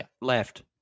left